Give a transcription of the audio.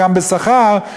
גם בשכר,